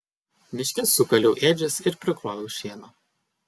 miške sukaliau ėdžias ir prikroviau šieno